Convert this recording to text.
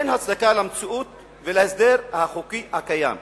אין הצדקה למציאות ולהסדר החוקי הקיים.